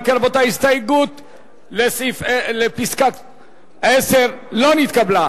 אם כן, רבותי, הסתייגות מס' 10 לא נתקבלה.